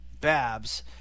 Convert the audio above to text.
Babs